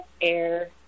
air